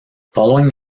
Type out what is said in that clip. following